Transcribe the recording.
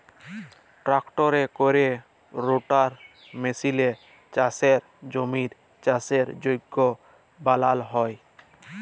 ট্রাক্টরে ক্যরে রোটাটার মেসিলে চাষের জমির চাষের যগ্য বালাল হ্যয়